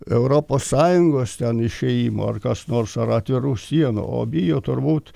europos sąjungos ten išėjimo ar kas nors ar atvirų sienų o bijo turbūt